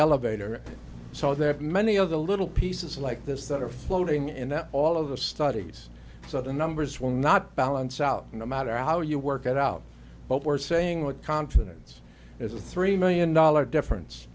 elevator so that many of the little pieces like this that are floating in all of the studies so the numbers will not balance out no matter how you work it out what we're saying with confidence is the three million dollars difference